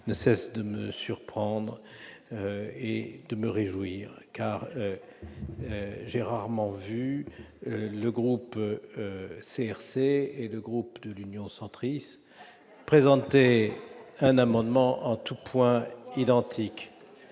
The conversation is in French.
ne cessent de me surprendre et de me réjouir : j'ai rarement vu le groupe CRC et le groupe Union Centriste présenter un amendement en tous points identique.